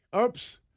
oops